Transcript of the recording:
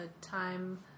time